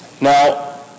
now